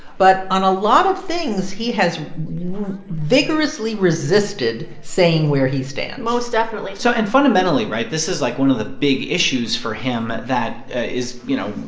but on a lot of things, he has vigorously resisted saying where he stands most definitely so and fundamentally right? this is, like, one of the big issues for him. that is, you know,